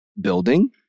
building